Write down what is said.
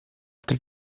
altri